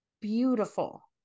beautiful